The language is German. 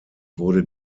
wurde